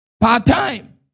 part-time